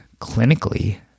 clinically